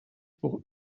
pour